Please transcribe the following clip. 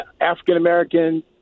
african-american